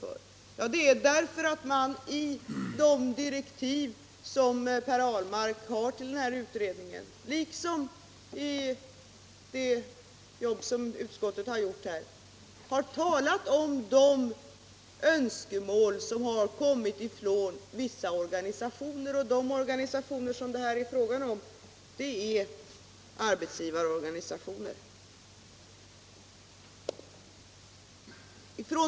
Jo, det är därför att Per Ahlmark i sina direktiv till utredningen liksom utskottet i sitt betänkande talar om önskemål som framförts av vissa organisationer, och de organisationer det är fråga om är arbetsgivarorganisationer.